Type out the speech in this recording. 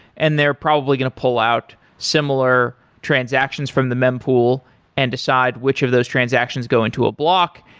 and they're probably going to pull out similar transactions from the mem pool and decide which of those transactions go into a block,